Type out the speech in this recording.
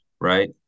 Right